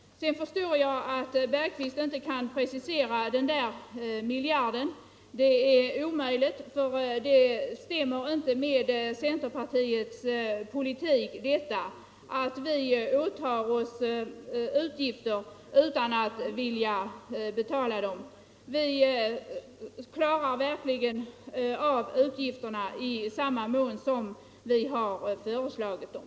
Jag förstår att herr Bergqvist inte kan precisera den där miljarden. Det är omöjligt, för det stämmer inte med centerpartiets politik att vi skulle åta oss utgifter utan att vilja betala dem. Vi ger verkligen anvisning om hur utgifter skall täckas i samma mån som vi föreslår dem.